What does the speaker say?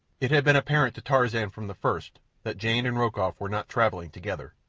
it had been apparent to tarzan from the first that jane and rokoff were not travelling together.